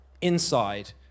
inside